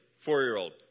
four-year-old